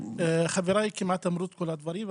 חבריי אמרו כמעט את כל הדברים,